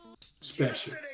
Special